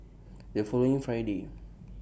The following Friday